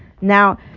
Now